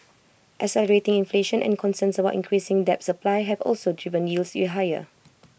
accelerating inflation and concerns about increasing debt supply have also driven yields higher